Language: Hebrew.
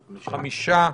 חמישה.